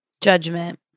judgment